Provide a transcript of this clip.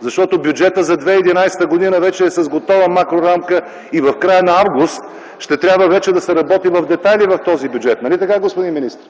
Защото бюджетът за 2011 г. вече е с готова макрорамка и в края на м. август ще трябва вече да се работи в детайли в този бюджет. Нали така, господин министър?